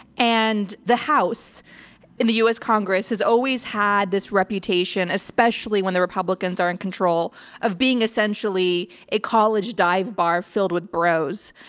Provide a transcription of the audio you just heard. and the house in the us congress has always had this reputation, especially when the republicans are in control of being essentially a college dive bar filled with bros.